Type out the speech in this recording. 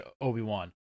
Obi-Wan